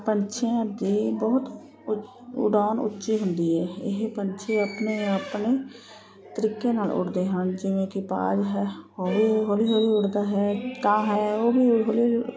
ਪੰਛੀਆਂ ਦੀ ਬਹੁਤ ਉ ਉਡਾਣ ਉੱਚੀ ਹੁੰਦੀ ਹੈ ਇਹ ਪੰਛੀ ਆਪਣੇ ਆਪਣੇ ਤਰੀਕੇ ਨਾਲ ਉੱਡਦੇ ਹਨ ਜਿਵੇਂ ਕਿ ਬਾਜ ਹੈ ਹੌਲੀ ਹੌਲੀ ਹੌਲੀ ਉੱਡਦਾ ਹੈ ਕਾਂ ਹੈ ਉਹ ਵੀ ਹੌਲੀ ਹੌਲੀ